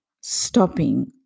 stopping